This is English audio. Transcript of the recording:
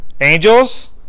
Angels